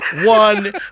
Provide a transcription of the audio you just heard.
one